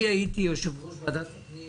הייתי יושב-ראש ועדת הפנים